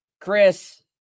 Chris